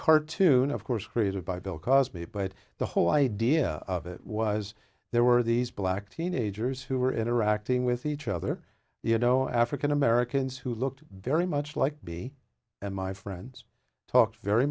cartoon of course created by bill cosby but the whole idea of it was there were these black teenagers who were interacting with each other you know african americans who looked very much like be and my friends talked very